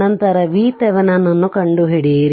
ನಂತರ VThevenin ಕಂಡುಹಿಡಿಯಿರಿ